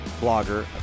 blogger